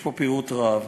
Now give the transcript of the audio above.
יש פה פירוט רב.